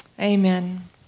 Amen